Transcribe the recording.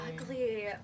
Ugly